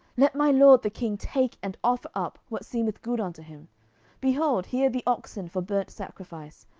let my lord the king take and offer up what seemeth good unto him behold, here be oxen for burnt sacrifice,